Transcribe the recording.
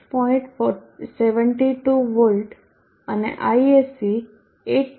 72 volt અને ISC 8